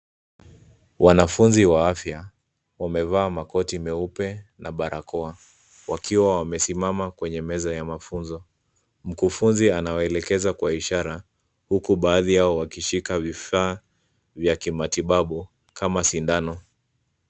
Wanafunzi wa afya wamevaa makoti meupe na barakoa, wakiwa wamesimama kwenye meza ya mafunzo. Mkufunzi anawaelekeza kwa ishara huku baadhi yao wakishika vifaa vya kimatibabu kama sindano.